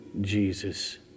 Jesus